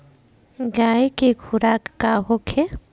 गाय के खुराक का होखे?